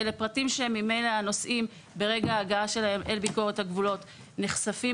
אלה פרטים שממילא הנוסעים ברגע ההגעה שלהם אל ביקורת הגבולות נחשפים